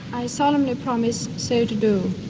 i solemnly promise so to do.